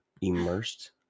immersed